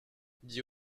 dit